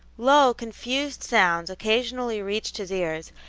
low, confused sounds occasionally reached his ears,